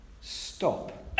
stop